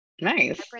nice